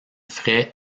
frais